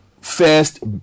first